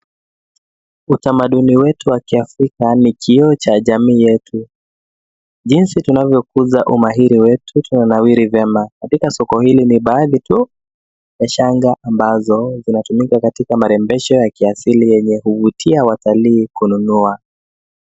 Utamaduni wetu wa kiafrika ni kioo cha jamii yetu jinsi tunavyokuza umahiri wetu tunanawiri vyema. Katika soko hili ni baadhi tu ya shanga ambazo zinatumika katika marembesho ya kiasili yenye huvutia watalii kununua.